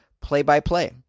play-by-play